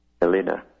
Elena